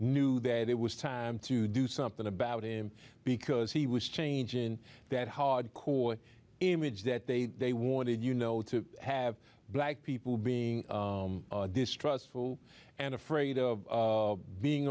knew that it was time to do something about him because he was changing that hard core image that they they wanted you know to have black people being distrustful and afraid of being